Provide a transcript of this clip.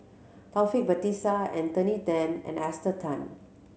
Taufik Batisah Anthony Then and Esther Tan